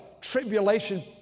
tribulation